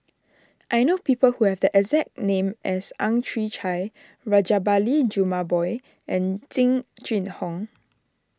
I know people who have the exact name as Ang Chwee Chai Rajabali Jumabhoy and Jing Jun Hong